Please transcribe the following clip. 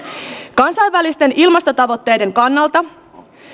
kansainvälisten ilmastotavoitteiden kannalta